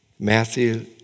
Matthew